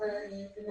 מן